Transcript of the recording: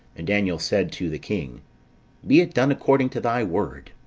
and daniel said to the king be it done according to thy word.